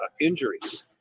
injuries